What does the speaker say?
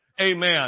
Amen